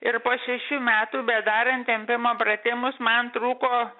ir po šešių metų bedarant tempimo pratimus man trūko